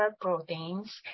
proteins